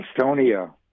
Estonia